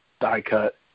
die-cut